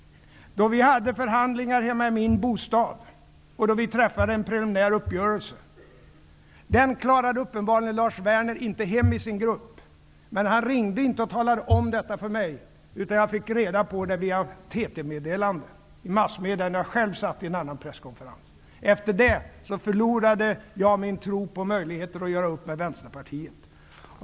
Vi hade förhandlingar hemma i min bostad, och vi träffade en preliminär uppgörelse. Den klarade uppenbarligen Lars Werner inte att föra hem i sin grupp. Men han ringde inte och talade om detta för mig, utan jag fick reda på det via ett TT-meddelande när jag satt på en presskonferens. Efter det förlorade jag min tro på möjligheten att göra upp med Vänsterpartiet.